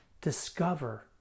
discover